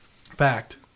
Fact